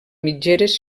mitgeres